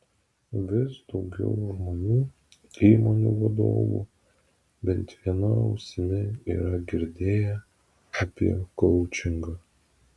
vis daugiau žmonių įmonių vadovų bent viena ausimi yra girdėję apie koučingą